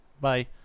Bye